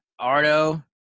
Ardo